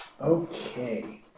Okay